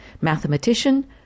Mathematician